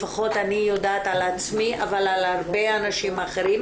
לפחות אני יודעת על עצמי אבל על הרבה אנשים אחרים,